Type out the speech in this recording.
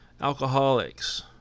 alcoholics